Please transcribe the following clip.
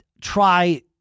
try